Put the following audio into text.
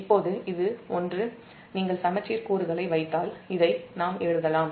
இப்போது நீங்கள் சமச்சீர் கூறுகளை வைத்தால் இந்த விதிமுறைகள் நாம் எழுதலாம்